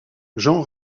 jean